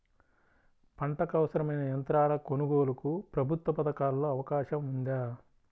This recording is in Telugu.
పంటకు అవసరమైన యంత్రాల కొనగోలుకు ప్రభుత్వ పథకాలలో అవకాశం ఉందా?